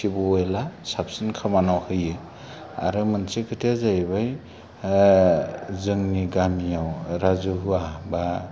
टिब वेलआ साबसिन खामानियाव होयो आरो मोनसे खोथाया जाहैबाय जोंनि गामियाव राजुहुवा बा